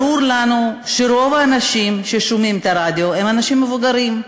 ברור לנו שרוב האנשים האלה הם אנשים מבוגרים,